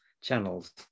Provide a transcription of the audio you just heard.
channels